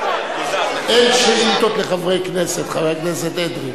אין שאילתות לחברי כנסת, חבר הכנסת אדרי.